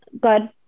good